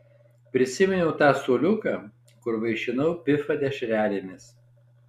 prisiminiau tą suoliuką kur vaišinau pifą dešrelėmis